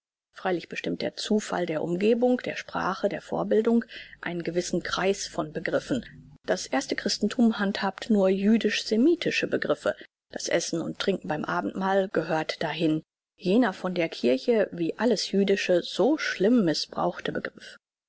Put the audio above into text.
freilich bestimmt der zufall der umgebung der sprache der vorbildung einen gewissen kreis von begriffen das erste christenthum handhabt nur jüdisch semitische begriffe das essen und trinken beim abendmahl gehört dahin jener von der kirche wie alles jüdische so schlimm mißbrauchte begriff